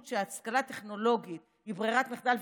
שההשכלה הטכנולוגית היא ברירת המחדל.